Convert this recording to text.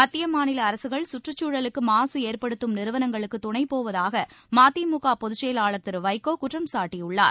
மத்திய மாநில அரசுகள் சுற்றுச்சூழலுக்கு மாசு ஏற்படுத்தும் நிறுவனங்களுக்கு துணைப் போவதாக மதிமுக பொதுச்செயலாளர் திரு வைகோ குற்றம்சாட்டியுள்ளார்